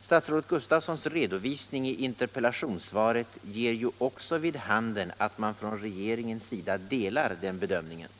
Statsrådet Gustafssons redovisning i interpellationssvaret ger ju också vid handen att man från regeringens sida delar den bedömningen.